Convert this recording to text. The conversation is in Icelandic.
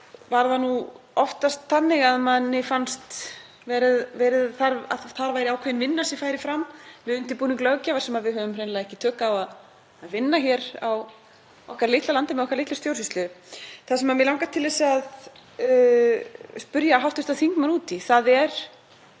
var það oftast þannig að manni fannst að þar væri ákveðin vinna sem færi fram við undirbúning löggjafar sem við höfum hreinlega ekki tök á að vinna hér á okkar litla landi með okkar litlu stjórnsýslu. Það sem mig langar til að spyrja hv. þingmann út í er